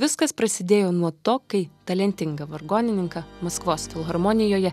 viskas prasidėjo nuo to kai talentingą vargonininką maskvos filharmonijoje